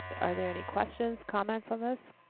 are there any questions, comments on this?